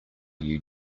you